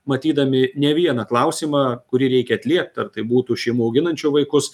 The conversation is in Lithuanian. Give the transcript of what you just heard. matydami ne vieną klausimą kurį reikia atliept ar tai būtų šeimų auginančių vaikus